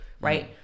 right